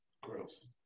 Gross